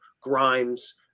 Grimes